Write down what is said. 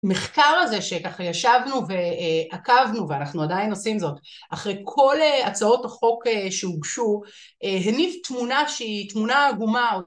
מחקר הזה שככה ישבנו ועקבנו ואנחנו עדיין עושים זאת אחרי כל הצעות החוק שהוגשו הניב תמונה שהיא תמונה עגומה